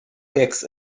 hicks